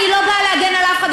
אני לא באה להגן על אף אחד,